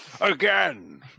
again